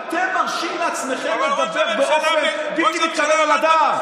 אתם מרשים לעצמכם לדבר באופן בלתי מתקבל על הדעת.